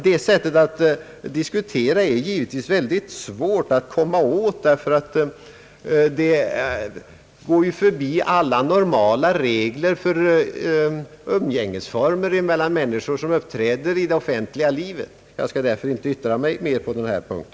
Detta sätt att diskutera är givetvis väldigt svårt att komma åt därför att det går förbi alla normala regler för umgängesformerna mellan människor som uppträder i det offentliga livet. Jag skall därför inte yttra mig mera på denna punkt.